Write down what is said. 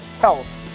health